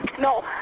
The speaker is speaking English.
No